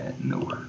No